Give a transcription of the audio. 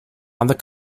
other